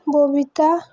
Babita